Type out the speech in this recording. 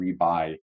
rebuy